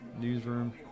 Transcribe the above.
newsroom